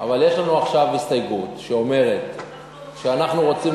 יש לנו עכשיו הסתייגות שאומרת שאנחנו רוצים